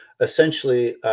essentially